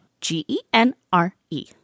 G-E-N-R-E